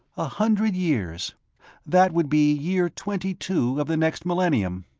a hundred years that would be year twenty-two of the next millennium.